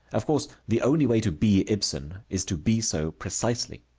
of course the only way to be ibsen is to be so precisely.